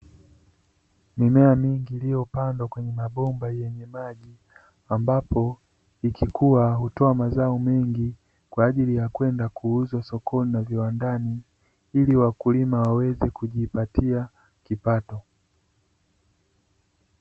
Mimea mingi iliyopandwa kwenye mabomba yenye maji ambapo ikikua hutoa mazao mengi kwa ajili ya kwenda kuuzwa sokoni na viwandani ili wakulima waweze kujipatia kipato.